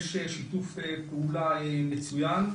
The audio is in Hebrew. יש שיתוף פעולה מצוין.